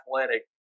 athletic